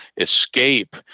escape